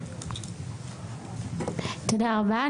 תודה רבה.